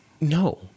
No